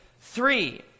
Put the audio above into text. three